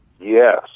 Yes